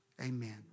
amen